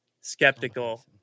skeptical